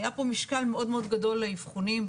היה פה משקל מאוד גדול לאבחונים.